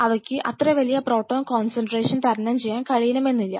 അവയ്ക്ക് അത്ര വലിയ പ്രോട്ടോൺ കോൺസെൻട്രേഷൻ തരണം ചെയ്യാൻ കഴിയണമെന്നില്ല